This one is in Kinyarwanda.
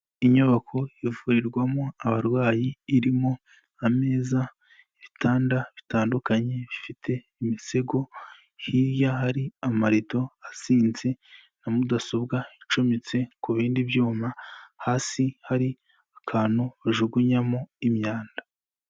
Inyubako ivurirwamo abarwayi irimo ameza, ibitanda bitandukanye bifite imisego, hirya hari amarido asinze na mudasobwa icyometse ku bindi byuma, hasi hari akantu bajugunyamo imyanda.